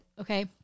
okay